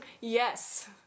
Yes